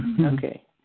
Okay